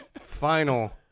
Final